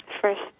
first